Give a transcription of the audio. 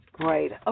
great